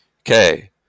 Okay